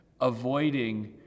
avoiding